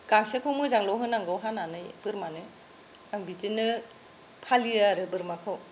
गांसोखौ मोजांल' होनांगौ हानानै बोरमानो आं बिदिनो फालियो आरो बोरमाखौ